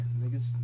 Niggas